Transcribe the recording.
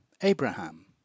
Abraham